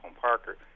Parker